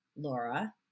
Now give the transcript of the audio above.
laura